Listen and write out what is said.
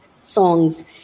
songs